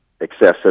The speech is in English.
excessive